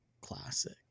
classic